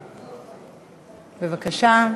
בבקשה.